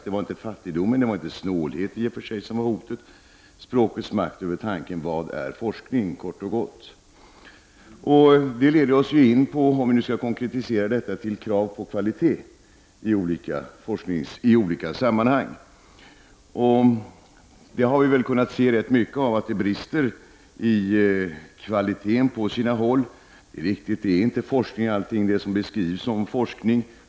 Det var i och för sig inte fattigdomen eller snålheten som var hotet. Språkets makt över tanken: Vad är forskning, kort och gott? Det leder oss in på, om vi skall konkretisera detta, krav på kvalitet i olika sammanhang. Vi har kunnat se att det brister rätt mycket i kvalitet på sina håll. Det är riktigt att allt inte är forskning som beskrivs som forskning.